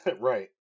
right